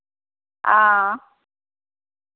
हां